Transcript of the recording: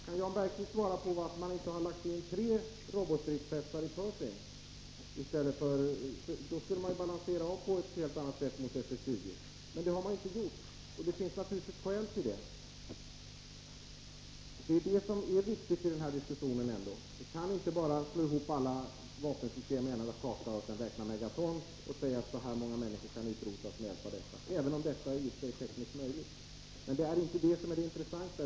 Kan Jan Bergqvist svara på varför man inte har lagt in tre robotstridsspetsar i Pershing 2? Då skulle man ju på ett helt annat sätt ha fått balans i förhållande till SS-20. Men det har man inte gjort, och det finns naturligtvis ett skäl till det. Det är detta som är viktigt i denna diskussion. Vi kan inte bara slå ihop alla vapensystem i en enda kaka, räkna megaton och sedan säga att så här många människor kan utrotas med hjälp av dessa system — även om detta i och för sig är tekniskt möjligt. Men det är inte det som är det intressanta.